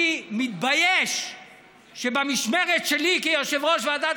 אני מתבייש שבמשמרת שלי כיושב-ראש ועדת